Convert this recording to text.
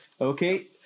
Okay